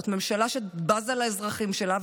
זאת ממשלה שבזה לאזרחים שלה,